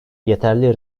yeterli